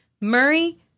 Murray